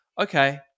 okay